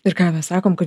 ir ką mes sakom kad